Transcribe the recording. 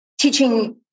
teaching